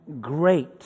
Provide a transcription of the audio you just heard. Great